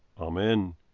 Amen